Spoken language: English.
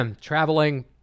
traveling